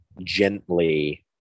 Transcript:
gently